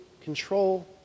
control